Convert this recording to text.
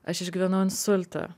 aš išgyvenau insultą